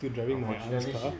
still driving my father's car